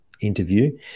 interview